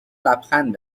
لبخند